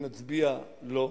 אם נצביע "לא",